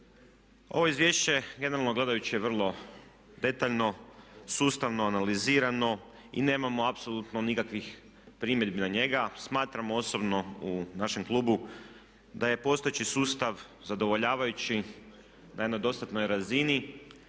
Ovo izvješće generalno gledajući je vrlo detaljno, sustavno analizirano i nemamo apsolutno nikakvim primjedbi na njega. Smatramo osobno u našem klubu da je postojeći sustav zadovoljavajući, da je na dostatnoj razini.